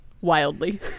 wildly